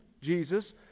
Jesus